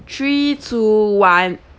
three two one